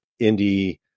indie